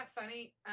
funny